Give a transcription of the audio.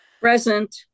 present